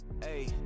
hey